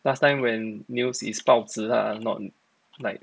last time when news is 报纸 lah not like